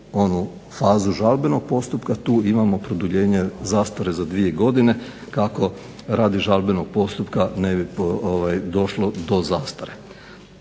fazu žalbenog postupka tu imamo produljenje zastare za dvije godine kako radi žalbenog postupka ne bi došlo do zastare.